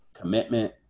commitment